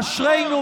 אשרינו,